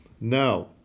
now